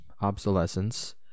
Obsolescence